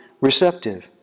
receptive